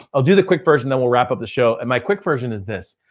i'll do the quick version that will wrap up the show and my quick version is this.